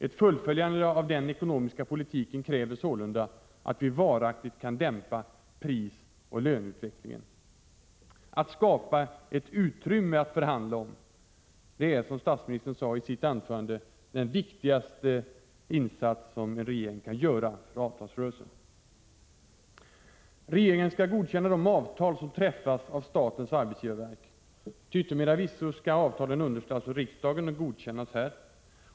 Ett fullföljande av den förda ekonomiska politiken kräver sålunda att vi varaktigt kan dämpa prisoch löneutvecklingen. Att skapa ett utrymme att förhandla om är, som statsministern sade i sitt anförande, den viktigaste insats regeringen kan göra för avtalsrörelsen. Regeringen skall godkänna de avtal som träffas av statens arbetsgivarverk. Till yttermera visso skall avtalen underställas riksdagen och godkännas här.